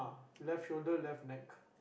left shoulder left neck